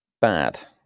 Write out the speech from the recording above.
Bad